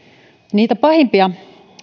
niitä pahimpia